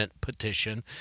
petition